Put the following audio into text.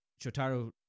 Shotaro